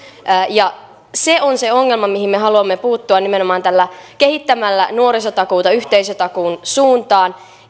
se on se ongelma mihin me haluamme puuttua nimenomaan kehittämällä nuorisotakuuta yhteisötakuun suuntaan